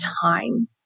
time